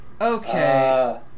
Okay